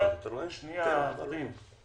אין להם שקל.